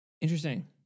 Interesting